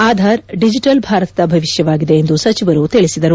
Aadhaar digital ಭಾರತದ ಭವಿಷ್ಟವಾಗಿದೆ ಎಂದು ಸಚಿವರು ತಿಳಿಸಿದರು